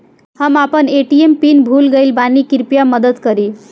हम अपन ATM pin भूल गएल बानी, कृपया मदद करीं